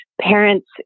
parents